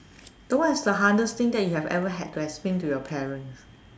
though what is the hardest thing that you ever had to explain to your parents